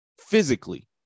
physically